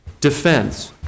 defense